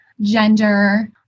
gender